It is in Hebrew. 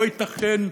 לא ייתכן.